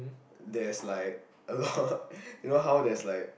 there's like a lot you know how there's like